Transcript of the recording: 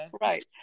Right